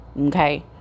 Okay